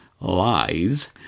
lies